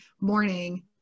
morning